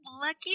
Lucky